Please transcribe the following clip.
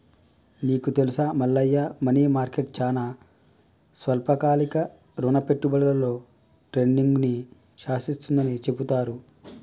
నీకు తెలుసా Mallayya money market చానా స్వల్పకాలిక రుణ పెట్టుబడులలో ట్రేడింగ్ను శాసిస్తుందని చెబుతారు